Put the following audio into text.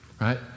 right